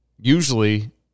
usually